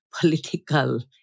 political